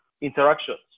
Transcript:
interactions